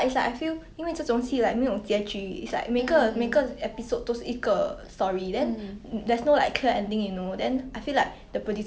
mm